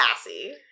sassy